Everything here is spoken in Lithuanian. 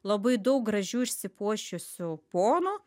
labai daug gražių išsipuošusių ponų